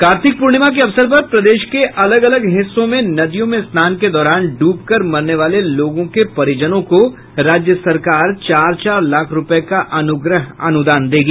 कार्तिक पूर्णिमा के अवसर पर प्रदेश के अलग अलग हिस्सों में नदियों में स्नान के दौरान डूब कर मरने वाले लोगों के परिजनों को राज्य सरकार चार चार लाख रूपये का अनुग्रह अनुदान देगी